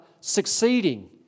succeeding